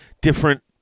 different